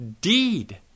deed